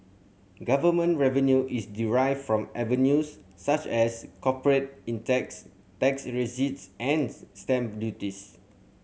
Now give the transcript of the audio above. government revenue is derived from avenues such as corporate in tax tax receipts and stamp duties